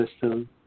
system